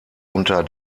unter